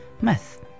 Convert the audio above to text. Myth